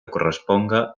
corresponga